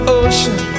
ocean